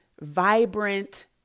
vibrant